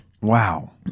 wow